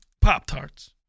Pop-Tarts